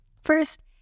First